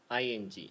ing